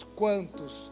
quantos